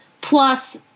plus